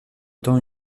temps